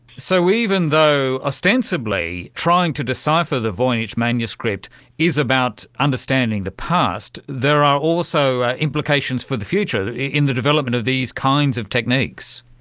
so even though ostensibly trying to decipher the voynich manuscript is about understanding the past, there are also implications for the future in the development of these kinds of techniques.